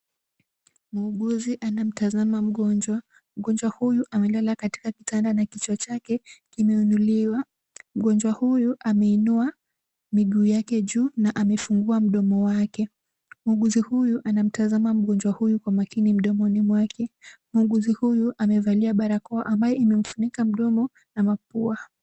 Muuguzi anamtazama mgonjwa. Mgonjwa huyu amelala katika kitanda na kichwa chake kimeinuliwa. Mgonjwa huyu ameinua miguu yake juu na amefungua mdomo wake. Muuguzi huyu anamtazama mgonjwa huyu kwa makini mdomoni mwake. Muuguzi huyu amevalia barakoa ambayo imemfunika mdomo na mapua.